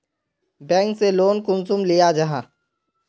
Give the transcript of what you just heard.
Bank से loan कुंसम लिया जाहा?